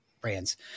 brands